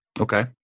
Okay